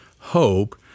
hope